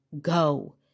go